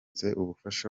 ubufasha